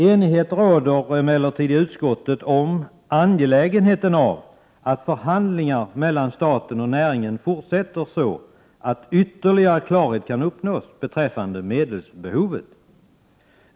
Enighet råder emellertid i utskottet om angelägenheten av att förhandlingar mellan staten och näringen fortsätter så att ytterligare klarhet kan uppnås beträffande medelsbehovet.